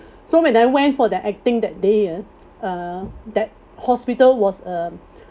so when I went for that acting that day ah uh that hospital was um